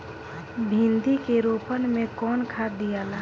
भिंदी के रोपन मे कौन खाद दियाला?